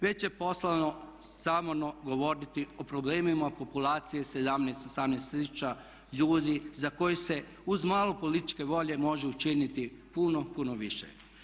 Već je postalo zamorno govoriti o problemima populacije 17, 18 tisuća ljudi za koje se uz malo političke volje može učiniti puno, puno više.